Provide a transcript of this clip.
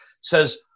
says